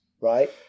Right